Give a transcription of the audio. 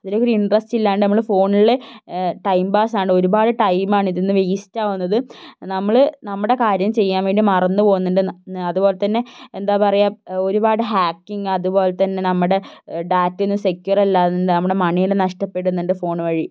ഒന്നിനും ഒരു ഇന്ട്രെസ്റ്റ് ഇല്ലാണ്ട് നമ്മൾ ഫോണിൽ ടൈം പാസാണ് ഒരുപാട് ടൈമാണ് ഇതിനു വേസ്റ്റ് ആവുന്നത് നമ്മൾ നമ്മുടെ കാര്യം ചെയ്യാന് വേണ്ടി മറന്നു പോവുന്നുണ്ട് അതുപോലെത്തന്നെ എന്താ പറയുക ഒരുപാട് ഹാക്കിംഗ് അതുപോലെത്തന്നെ നമ്മുടെ ഡാറ്റയൊന്നും സെക്യൂറല്ല നമ്മുടെ മണിയെല്ലാം നഷ്ടപ്പെടുന്നുണ്ട് ഫോണു വഴി